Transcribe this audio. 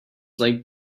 like